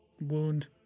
wound